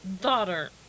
Daughter